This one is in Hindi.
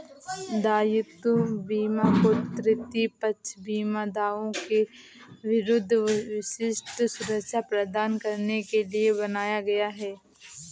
दायित्व बीमा को तृतीय पक्ष बीमा दावों के विरुद्ध विशिष्ट सुरक्षा प्रदान करने के लिए बनाया गया है